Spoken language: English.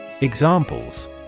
Examples